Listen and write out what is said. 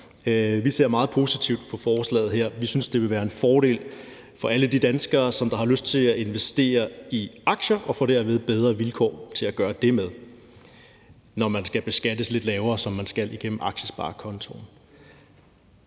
Vi ser meget positivt på forslaget her. Vi synes, det vil være en fordel for alle de danskere, som har lyst til at investere i aktier; man får bedre vilkår til at gøre det, når man skal beskattes lidt lavere, som man skal igennem aktiesparekontoen.